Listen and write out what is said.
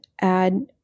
add